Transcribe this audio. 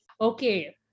Okay